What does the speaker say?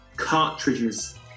cartridges